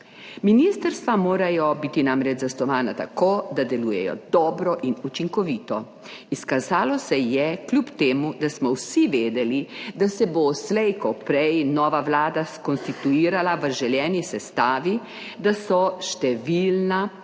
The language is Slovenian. Ministrstva morajo biti namreč zasnovana tako, da delujejo dobro in učinkovito. Izkazalo se je, kljub temu, da smo vsi vedeli, da se bo slej ko prej nova vlada skonstituirala v želeni sestavi, da so številna